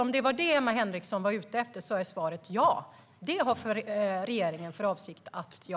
Om det var detta Emma Henriksson var ute efter är svaret ja, det har regeringen för avsikt att göra.